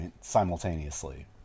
simultaneously